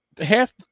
half